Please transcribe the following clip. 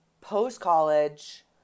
post-college